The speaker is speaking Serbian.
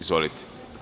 Izvolite.